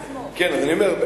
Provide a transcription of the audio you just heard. אני אומר,